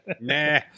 nah